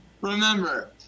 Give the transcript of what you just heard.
remember